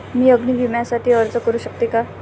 मी अग्नी विम्यासाठी अर्ज करू शकते का?